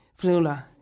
Flula